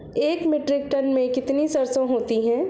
एक metric tonne में कितनी सरसों होती है?